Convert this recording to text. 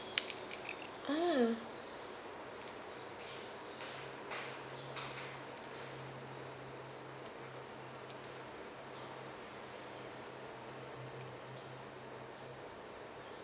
mm